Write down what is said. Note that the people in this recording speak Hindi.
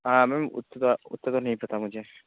हाँ मैम उतना तो उतना तो नहीं पता मुझे